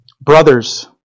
Brothers